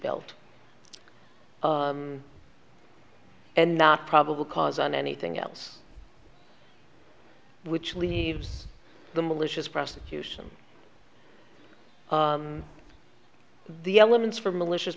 build and not probable cause on anything else which leaves the malicious prosecution the elements for malicious